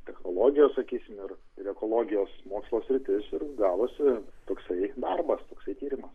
technologijas sakysim ir ir ekologijos mokslo sritis ir gavosi toksai darbas toksai tyrimas